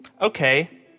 Okay